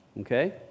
Okay